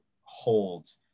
holds